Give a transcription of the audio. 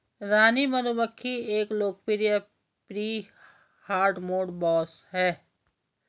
रानी मधुमक्खी एक लोकप्रिय प्री हार्डमोड बॉस है